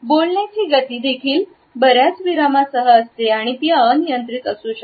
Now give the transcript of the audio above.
बोलण्याची गती देखील बर्याच विरामांसह असते आणि ती अनियंत्रित असू शकते